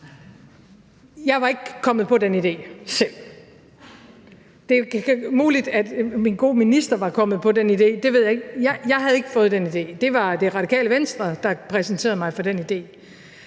jeg ikke kommet på selv. Det er muligt, at min gode minister var kommet på den idé, det ved jeg ikke, men jeg havde ikke fået den idé. Det var Det Radikale Venstre, der præsenterede mig for den idé.